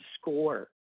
score